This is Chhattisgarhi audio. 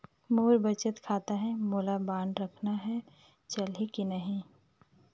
मोर बचत खाता है मोला बांड रखना है चलही की नहीं?